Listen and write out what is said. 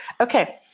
Okay